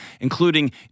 including